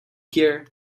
here